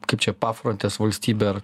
kad čia pafrontės valstybe ar